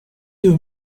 you